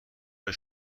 های